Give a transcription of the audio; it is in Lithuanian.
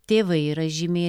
tėvai yra žymiai